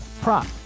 prop